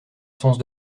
sens